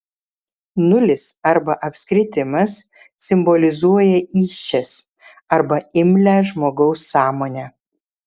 nulis arba apskritimas simbolizuoja įsčias arba imlią žmogaus sąmonę